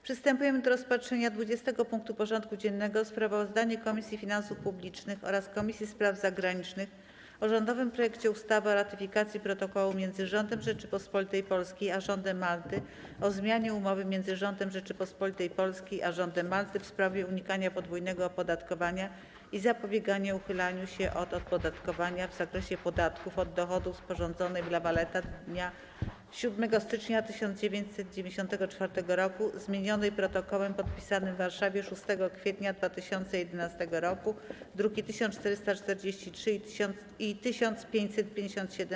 Przystępujemy do rozpatrzenia punktu 20. porządku dziennego: Sprawozdanie Komisji Finansów Publicznych oraz Komisji Spraw Zagranicznych o rządowym projekcie ustawy o ratyfikacji Protokołu między Rządem Rzeczypospolitej Polskiej a Rządem Malty o zmianie Umowy między Rządem Rzeczypospolitej Polskiej a Rządem Malty w sprawie unikania podwójnego opodatkowania i zapobiegania uchylaniu się od opodatkowania w zakresie podatków od dochodu, sporządzonej w La Valetta dnia 7 stycznia 1994 roku, zmienionej Protokołem podpisanym w Warszawie dnia 6 kwietnia 2011 roku (druki nr 1443 i 1557)